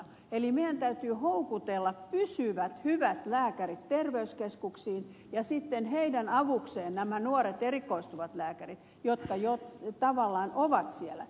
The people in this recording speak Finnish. eli meidän täytyy houkutella pysyvät hyvät lääkärit terveyskeskuksiin ja sitten heidän avukseen nämä nuoret erikoistuvat lääkärit jotka jo tavallaan ovat siellä